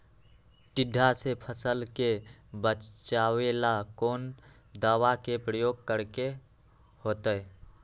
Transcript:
टिड्डा से फसल के बचावेला कौन दावा के प्रयोग करके होतै?